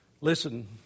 Listen